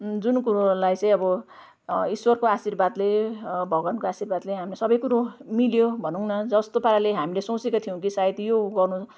जुन कुरोलाई चाहिँ अब ईश्वरको आशीर्वादले भगवान्को आशीर्वादले हामी सबै कुरो मिल्यो भनौँ न जस्तो पाराले हामीले सोचेको थियौँ सायद यो गर्नु